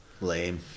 Lame